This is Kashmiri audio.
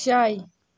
شاے